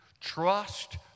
Trust